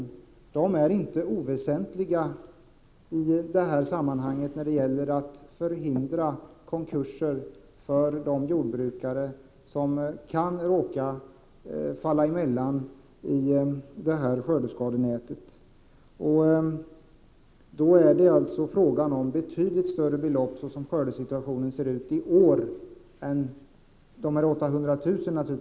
Dessa belopp är inte oväsentliga när det gäller möjligheterna att förhindra konkurser för jordbrukare som kan råka falla mellan maskorna i skördeskadenätet. Såsom skördesituationen ser ut i år kommer det att krävas betydligt större belopp — inte bara mer än 800 000 kr.